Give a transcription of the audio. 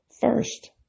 first